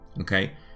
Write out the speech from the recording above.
okay